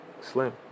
Slim